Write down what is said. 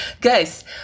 Guys